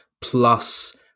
plus